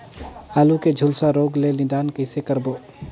आलू के झुलसा रोग ले निदान कइसे करबो?